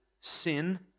Sin